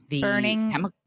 Burning